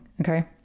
Okay